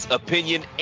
opinion